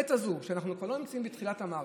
לעת הזו, אנחנו כבר לא נמצאים בתחילת המערכת,